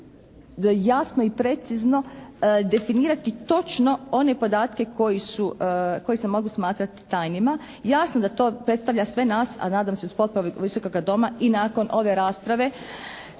jasno i precizno definirati točno one podatke koji se mogu smatrati tajnima. Jasno da to predstavlja sve nas a nadam se i uz potporu Visokoga doma i nakon ove rasprave